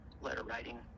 letter-writing